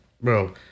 bro